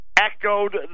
echoed